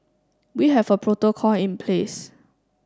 we have a protocol in place